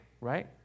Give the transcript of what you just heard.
right